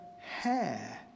hair